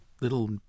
little